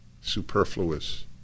superfluous